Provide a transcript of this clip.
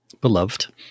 beloved